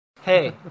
Hey